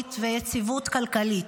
מקומית ויציבות כלכלית,